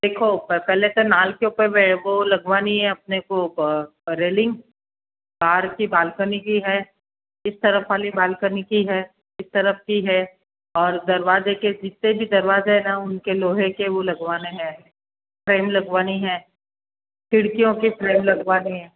देखो पहले तो नाल के ऊपर वे वो लगवानी है अपने को रेलिंग बाहर की बाल्कनी की है इस तरफ़ वाली बाल्कनी की है इस तरफ़ की है और दरवाज़े के पीछे भी दरवाज़े है ना उनके लोहे के वो लगवाने है फ्रेम लगवानी है खिड़कियों के फ्रेम लगवाना है